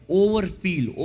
overfeel